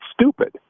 stupid